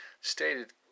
stated